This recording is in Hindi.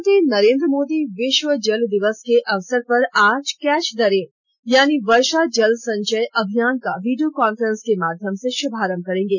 प्रधानमंत्री नरेन्द्र मोदी विश्व जल दिवस के अवसर पर आज कैच द रेन यानी वर्षा जल संचय अभियान का वीडियो कॉन्फ्रेंस के माध्यम से श्भारंभ करेंगे